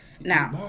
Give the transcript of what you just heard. Now